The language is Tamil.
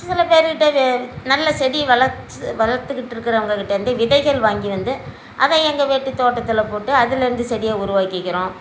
சில பேருகிட்ட நல்ல செடி வளத் வளர்த்துக்கிட்டு இருக்கிறவங்ககிட்டேருந்து விதைகள் வாங்கி வந்து அதை எங்கள் வீட்டுத் தோட்டத்தில் போட்டு அதுலேருந்து செடியை உருவாக்குக்கிறோம்